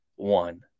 One